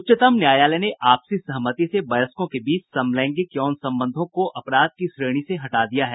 उच्चतम न्यायालय ने आपसी सहमति से वयस्कों के बीच समलैंगिक यौन संबंधों को अपराध की श्रेणी से हटा दिया है